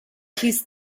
his